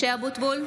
(קוראת בשמות חברי הכנסת) משה אבוטבול,